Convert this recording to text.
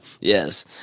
Yes